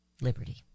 Liberty